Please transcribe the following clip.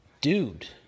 dude